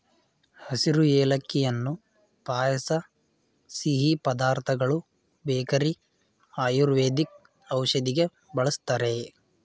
ಹಸಿರು ಏಲಕ್ಕಿಯನ್ನು ಪಾಯಸ ಸಿಹಿ ಪದಾರ್ಥಗಳು ಬೇಕರಿ ಆಯುರ್ವೇದಿಕ್ ಔಷಧಿ ಬಳ್ಸತ್ತರೆ